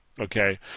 Okay